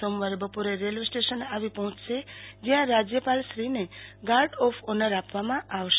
સોમવારે બપોરે railway station આવી પર્હોંયશે જયા રાજયપાલશ્રીને ગાર્ડ ઓફ ઓનર આપવામાં આવશે